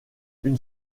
une